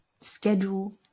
schedule